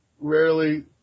Rarely